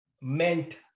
meant